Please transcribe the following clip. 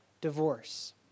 divorce